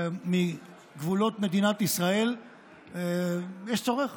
מגבולות מדינת ישראל יש צורך